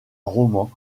roman